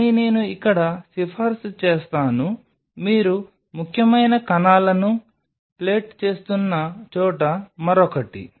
కానీ నేను ఇక్కడ సిఫార్సు చేస్తాను మీరు ముఖ్యమైన కణాలను ప్లేట్ చేస్తున్న చోట మరొకటి